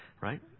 right